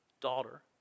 Daughter